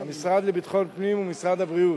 המשרד לביטחון פנים ומשרד הבריאות.